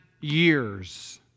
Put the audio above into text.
years